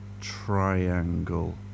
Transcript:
triangle